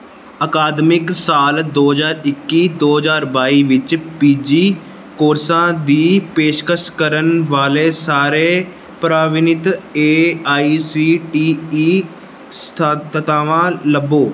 ਅਕਾਦਮਿਕ ਸਾਲ ਦੋ ਹਜ਼ਾਰ ਇੱਕੀ ਦੋ ਹਜ਼ਾਰ ਬਾਈ ਵਿੱਚ ਪੀ ਜੀ ਕੋਰਸਾਂ ਦੀ ਪੇਸ਼ਕਸ਼ ਕਰਨ ਵਾਲੇ ਸਾਰੇ ਪ੍ਰਵਾਨਿਤ A I C T E ਸੰਸਥਾਵਾਂ ਲੱਭੋ